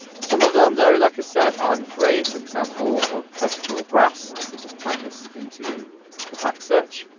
some of them, though, like i said, aren't free, for example, orchestral brass, if we just type this into the pack search.